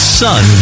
son